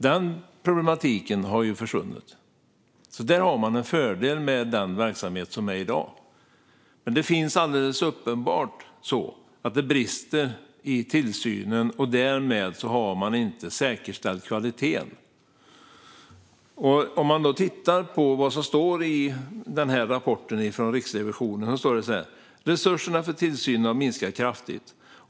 Det problemet har försvunnit. Det är fördelen med verksamheten i dag. Men det är alldeles uppenbart att det brister i tillsynen, och därmed har man inte säkerställt kvaliteten. Låt oss titta på vad som står i rapporten från Riksrevisionen: "Resurserna för tillsynen har minskat kraftigt.